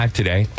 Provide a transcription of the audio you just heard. today